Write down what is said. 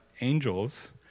angels